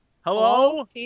Hello